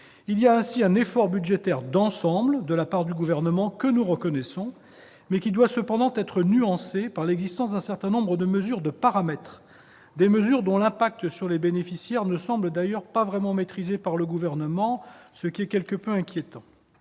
Il y a ainsi un effort budgétaire d'ensemble de la part du Gouvernement, que nous reconnaissons, mais qui doit cependant être nuancé par l'existence d'un certain nombre de mesures de paramètre, des mesures dont l'impact sur les bénéficiaires ne semble, d'ailleurs, pas vraiment maîtrisé par le Gouvernement, ce qui est quelque peu inquiétant.